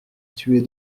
tuer